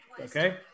Okay